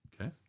Okay